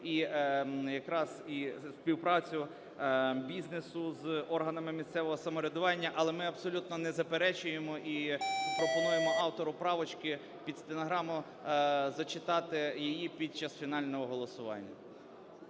і якраз і співпрацю бізнесу з органами місцевого самоврядування. Але ми абсолютно не заперечуємо і пропонуємо автору правочки під стенограму зачитати її під час фінального голосування.